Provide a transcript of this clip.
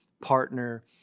partner